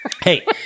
Hey